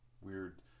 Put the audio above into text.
weird